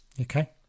Okay